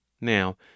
Now